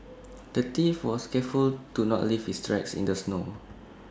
the thief was careful to not leave his tracks in the snow